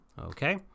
Okay